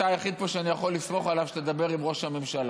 שאתה היחיד פה שאני יכול לסמוך עליו שידבר עם ראש הממשלה.